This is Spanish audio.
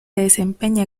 desempeña